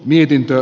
mietintö